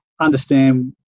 understand